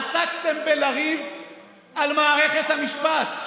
עסקתם בלריב על מערכת המשפט.